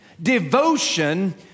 devotion